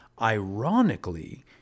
ironically